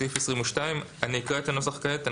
סעיף 22. אני אקרא את הנוסח כעת,